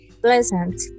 pleasant